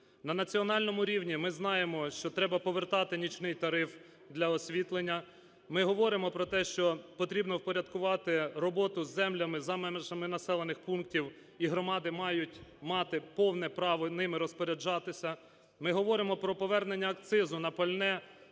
На національному рівні ми знаємо, що треба повертати нічний тариф для освітлення. Ми говоримо про те, що потрібно впорядкувати роботу з землями за межами населених пунктів, і громади мають мати повне право ними розпоряджатися. Ми говоримо про повернення акцизу на пальне